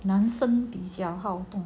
男生比较好动